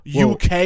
UK